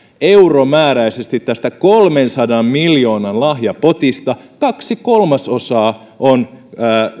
euromääräisesti tästä kolmensadan miljoonan lahjapotista kaksi kolmasosaa on